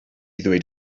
ddweud